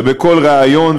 ובכל ריאיון,